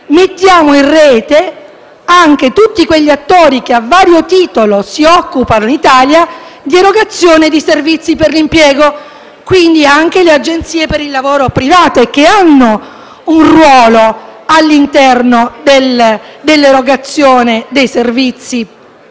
mettiamo in rete tutti quegli attori che, a vario titolo, si occupano in Italia di erogazione di servizi per l'impiego, quindi anche le agenzie per il lavoro private, che hanno un ruolo all'interno dell'erogazione dei servizi